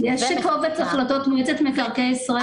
יש את קובץ החלטות מועצת מקרקעי ישראל.